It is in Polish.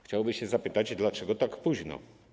Chciałoby się zapytać, dlaczego tak późno.